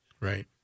Right